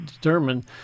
determine